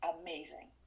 amazing